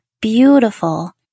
beautiful